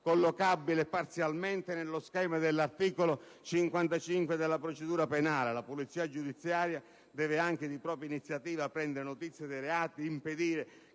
collocabile parzialmente nello schema dell'articolo 55 del codice di procedura penale («la polizia giudiziaria deve, anche di propria iniziativa, prendere notizia dei reati, impedire